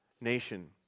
nation